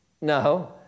No